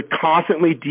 constantly